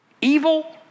evil